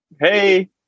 Hey